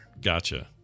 Gotcha